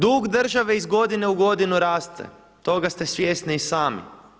Dug države iz godine u godinu raste, toga ste svjesni i sami.